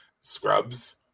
Scrubs